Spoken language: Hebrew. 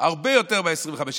הרבה יותר מ-25%.